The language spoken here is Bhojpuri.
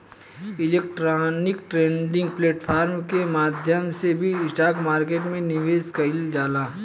इलेक्ट्रॉनिक ट्रेडिंग प्लेटफॉर्म के माध्यम से भी स्टॉक मार्केट में निवेश कईल जाला